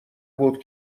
بود